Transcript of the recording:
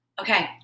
Okay